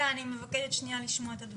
אני מבקשת שנייה לשמוע את הדברים.